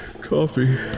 coffee